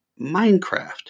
Minecraft